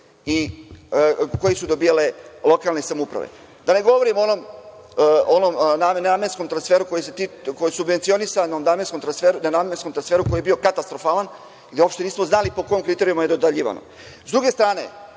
i koji su dobijale lokalne samouprave. Da ne govorim o onom nenamenskom transferu koji je subvencionisan, o nenamenskom transferu koji je bio katastrofalan, gde uopšte nismo znali po kom kriterijumu je dodeljivano.S